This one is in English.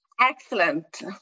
Excellent